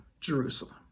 Jerusalem